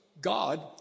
God